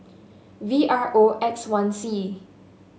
V R O X one C